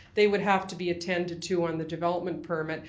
they would have to be attended to on the development permit.